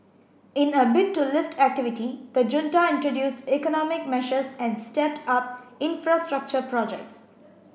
in a bid to lift activity the junta introduced economic measures and stepped up infrastructure projects